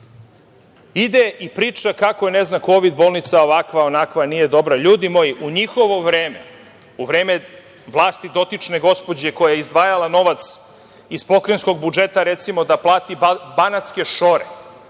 Ide i priča kako je kovid bolnica ovakva, onakva, nije dobra. Ljudi moji, u njihovo vreme, u vreme vlasti dotične gospođe koja je izdvajala novac iz pokrajinskog budžeta, recimo da plati banatske šore.